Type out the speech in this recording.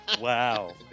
Wow